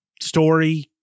story